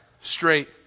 straight